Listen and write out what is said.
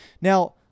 now